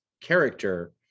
character